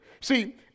see